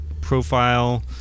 profile